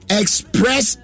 express